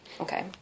Okay